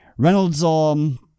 Reynolds